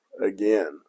again